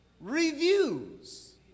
reviews